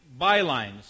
bylines